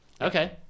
Okay